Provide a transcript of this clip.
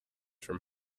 from